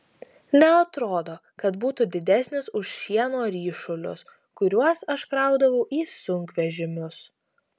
neatrodo kad būtų didesnis už šieno ryšulius kuriuos aš kraudavau į sunkvežimius